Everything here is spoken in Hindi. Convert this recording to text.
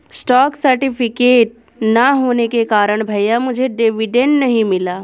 स्टॉक सर्टिफिकेट ना होने के कारण भैया मुझे डिविडेंड नहीं मिला